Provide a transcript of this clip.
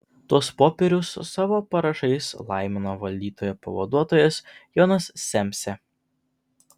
tuos popierius savo parašais laimino valdytojo pavaduotojas jonas semsė